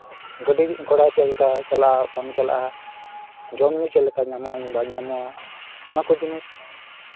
ᱜᱟᱹᱰᱤᱼᱜᱷᱳᱲᱟ ᱪᱟᱞᱟᱜᱼᱟ ᱵᱟᱝ ᱪᱟᱞᱟᱜᱼᱟ ᱡᱚᱢᱼᱧᱩ ᱪᱮᱫ ᱞᱮᱠᱟ ᱧᱟᱢᱚᱜᱼᱟ ᱵᱟᱝ ᱧᱟᱢᱚᱜᱼᱟ ᱚᱱᱟ ᱠᱚ ᱡᱤᱱᱤᱥ